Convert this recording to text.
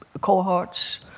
cohorts